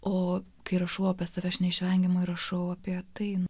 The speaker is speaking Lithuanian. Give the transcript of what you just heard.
o kai rašau apie save aš neišvengiamai rašau apie tai